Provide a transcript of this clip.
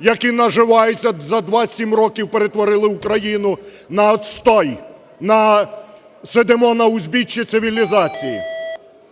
які наживаються, за 27 років перетворили Україну на отстой, на... сидимо на узбіччі цивілізації